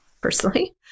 personally